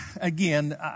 Again